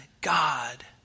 God